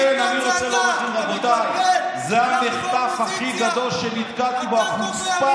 לכן אני רוצה לומר לכם, רבותיי, אנחנו באופוזיציה.